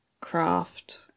craft